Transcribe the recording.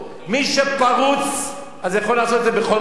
מי שפרוץ, אז יכול לעשות את זה בכל מקום.